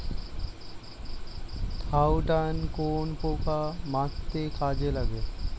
Thiodan কোন পোকা মারতে কাজে লাগে?